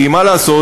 כי מה לעשות,